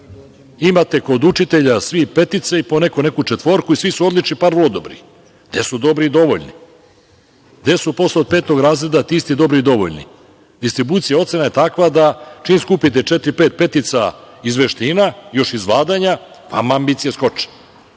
Imate kod učitelja svi petice i po neko neku četvorku i svi su odlični i par vrlodobrih. Gde su dobri i dovoljni? Gde su posle od petog razreda ti isti dobri i dovoljni? Distribucija ocena je takva da čim skupite četiri, pet petica iz veština, još iz vladanja vama ambicije skoče.